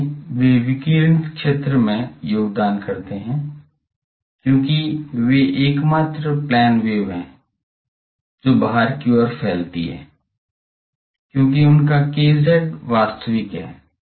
इसलिए वे विकिरणित क्षेत्र में योगदान करते हैं क्योंकि ये एकमात्र प्लेन वेव हैं जो बाहर की ओर फैलती हैं क्योंकि उनका kz वास्तविक है